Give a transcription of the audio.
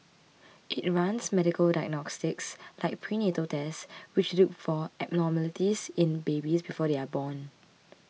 it runs medical diagnostics like prenatal tests which look for abnormalities in babies before they are born